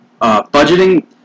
Budgeting